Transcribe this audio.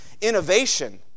innovation